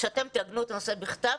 שאתם תעגנו את הנושא הזה בכתב,